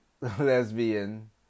lesbian